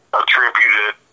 attributed